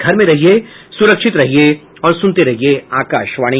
घर में रहिये सुरक्षित रहिये और सुनते रहिये आकाशवाणी